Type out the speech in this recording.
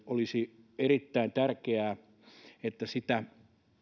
olisi erittäin tärkeää että sitä